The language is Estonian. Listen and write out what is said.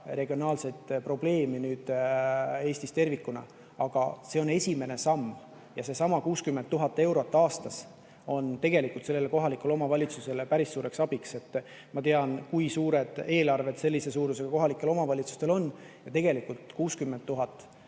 regionaalseid probleeme Eestis tervikuna, aga see on esimene samm ja seesama 60 000 eurot aastas on tegelikult sellele kohalikule omavalitsusele päris suureks abiks. Ma tean, kui suur eelarve sellise suurusega kohalikel omavalitsustel on. Tegelikult 60 000 on